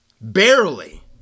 barely